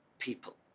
People